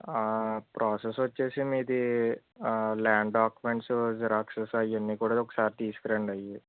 ఆ ప్రోసెస్ వచ్చి మీది ల్యాండ్ డాక్యుమెంట్స్ జిరాక్సుసు అవి అన్నీ కూడా ఒకసారి తీసుకురండి అవి